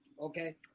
Okay